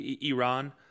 Iran